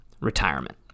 retirement